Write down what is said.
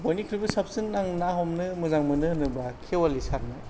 बयनिफ्रायबो साबसिन आं ना हमनो मोजां मोनो होनोब्ला खेवालि सारनो